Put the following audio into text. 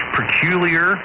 peculiar